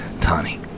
Tani